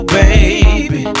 baby